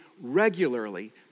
regularly